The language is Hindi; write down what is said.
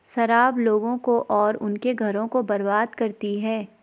शराब लोगों को और उनके घरों को बर्बाद करती है